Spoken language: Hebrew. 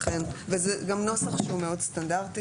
זה גם נוסח שהוא מאוד סטנדרטי